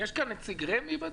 יש נציג רמ"י בדיון?